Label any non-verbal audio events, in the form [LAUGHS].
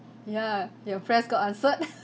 ya your prayers got answered [LAUGHS]